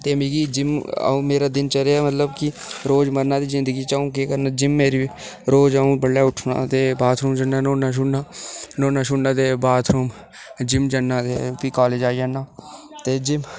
ते मिगी जिम अं'ऊ मेरी दिनचर्या के रोज़ मरना ते जिंदगी च अं'ऊ केह् करना जिम मेरी रोज़ अं'ऊ बडलै उट्ठना ते बाथरूम जन्नां ते न्हौना धोना न्हौना धोना ते बाथरूम जिम जन्नां ते प्ही कॉलेज आई जन्नां ते जिम